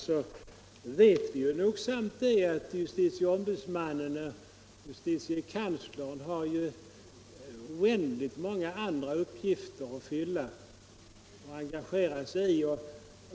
Vi vet nogsamt att justitieombudsmännen och justitiekanslern har oändligt många andra uppgifter.